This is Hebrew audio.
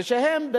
ושהם,